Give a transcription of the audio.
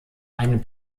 einen